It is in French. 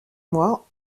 moi